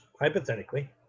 hypothetically